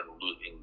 losing